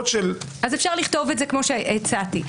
אפשר לכתוב את זה כמו שהצעתי.